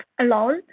alone